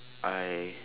I